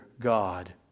God